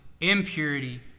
impurity